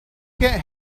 get